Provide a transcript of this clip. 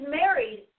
married